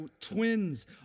twins